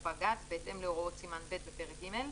ספק גז בהתאם להוראות סימן ב' בפרק ג',